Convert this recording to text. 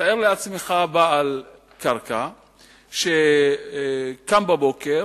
תאר לעצמך בעל קרקע שקם בבוקר,